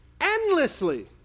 endlessly